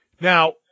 Now